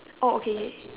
oh okay k